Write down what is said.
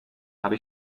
habe